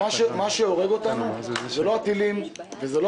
מה שהורג אותנו זה לא הטילים ולא